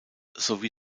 sowie